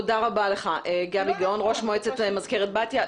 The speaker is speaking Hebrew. תודה רבה לך גבי גאון, ראש מועצת מזכרת בתיה.